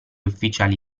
ufficiali